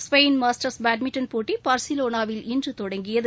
Spain masters badminton போட்டி பார்சிலோனாவில் இன்று தொடங்கியது